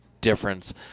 difference